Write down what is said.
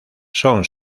son